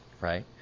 right